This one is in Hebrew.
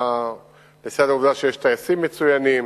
לצד העובדה שיש טייסים מצוינים